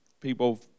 people